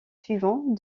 suivant